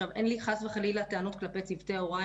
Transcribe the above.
אין לי חס וחלילה טענות כלפי צוותי ההוראה,